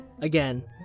again